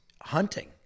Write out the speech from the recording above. hunting